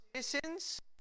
citizens